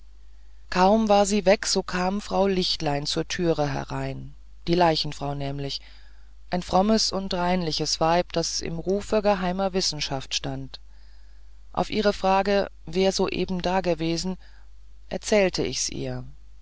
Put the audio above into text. kaum war sie weg so kam frau lichtlein zur türe herein die leichenfrau nämlich ein frommes und reinliches weib das im rufe geheimer wissenschaft stand auf ihre frage wer soeben dagewesen erzählte ich's ihr